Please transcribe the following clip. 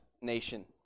nation